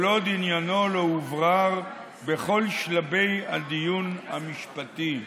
עוד עניינו לא הוברר בכל שלבי הדיון המשפטי.